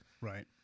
Right